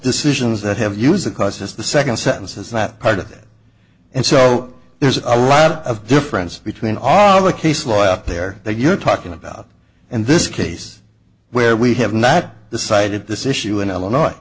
decisions that have user causes the second sentence is not part of that and so there's a lot of difference between all the case lawyer up there that you're talking about in this case where we have not decided this issue in illinois